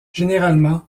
généralement